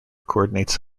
coordinates